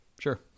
Sure